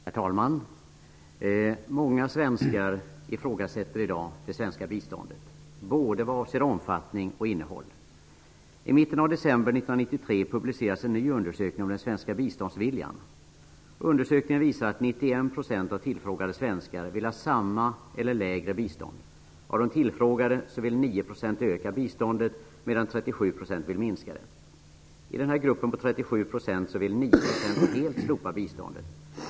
Herr talman! Många svenskar ifrågasätter i dag det svenska biståndet, både vad avser omfattning och innehåll. I mitten av december 1993 publicerades en ny undersökning om den svenska biståndsviljan. Undersökningen visade att 91 % av de tillfrågade svenskarna ville ha samma eller lägre bistånd. Av de tillfrågade ville 9 % öka biståndet, medan 37 % ville minska det. I gruppen på 37 % ville 9 % helt slopa biståndet.